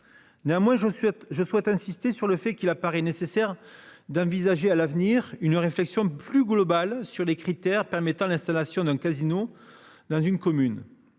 souhaite, je souhaite insister sur le fait qu'il apparaît nécessaire d'envisager à l'avenir une réflexion plus globale sur les critères permettant l'installation d'un casino dans une commune